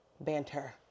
banter